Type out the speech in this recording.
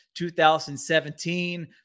2017